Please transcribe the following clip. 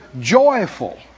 joyful